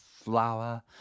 flower